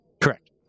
Correct